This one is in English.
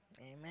Amen